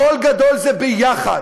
קול גדול זה יחד.